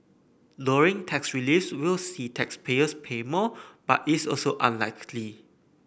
lowering tax reliefs will see taxpayers pay more but is also unlikely